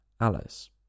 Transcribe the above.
Alice